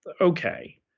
okay